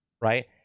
right